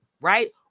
Right